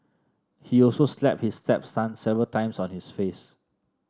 he also slapped his stepson several times on his face